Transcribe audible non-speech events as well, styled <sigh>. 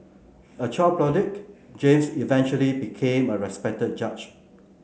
a child <unintelligible> James eventually became a respected judge